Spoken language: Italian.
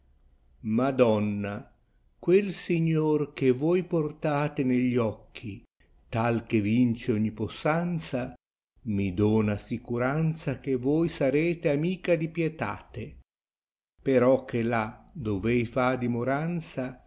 jyiadonna quel sigtìor che voi portate negli occhi tal che vince ogni possanka mi dona sicuranza che voi sarete amica di pietate però che là dov ei fa dimoranza